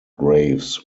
graves